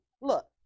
Look